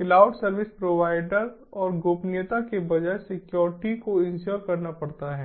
cloud service provider और गोपनीयता के बजाय सिक्योरिटी को इंश्योर करना पड़ता है